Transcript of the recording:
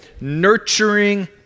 nurturing